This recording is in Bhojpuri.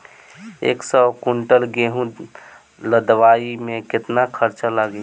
एक सौ कुंटल गेहूं लदवाई में केतना खर्चा लागी?